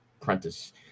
Prentice